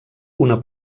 una